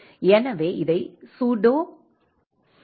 எனவே இதை sudo M